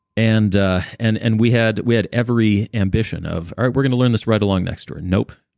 and and and we had we had every ambition of, all right, we're going to learn this right along next to her. nope.